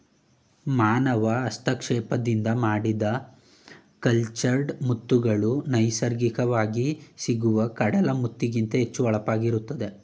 ಮಾನವ ಹಸ್ತಕ್ಷೇಪದಿಂದ ಮಾಡಿದ ಕಲ್ಚರ್ಡ್ ಮುತ್ತುಗಳು ನೈಸರ್ಗಿಕವಾಗಿ ಸಿಗುವ ಕಡಲ ಮುತ್ತಿಗಿಂತ ಹೆಚ್ಚು ಹೊಳಪಾಗಿ ಇರುತ್ತವೆ